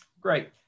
Great